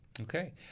Okay